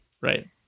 Right